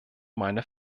meine